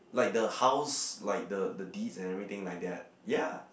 like the house like the the deeds everything like that ya